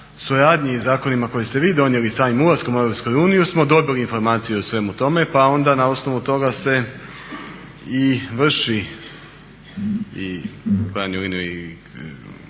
ovoj suradnji i zakonima koje ste vi donijeli samim ulaskom u EU smo dobili informaciju o svemu tome, pa onda na osnovu toga se i vrši